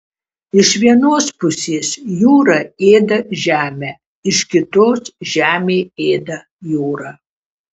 iš vienos pusės jūra ėda žemę iš kitos žemė ėda jūrą